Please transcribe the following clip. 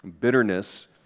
Bitterness